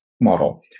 model